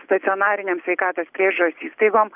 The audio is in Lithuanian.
stacionarinėm sveikatos priežiūros įstaigom